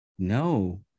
no